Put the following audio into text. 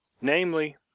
Namely